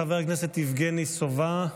חבר הכנסת יבגני סובה,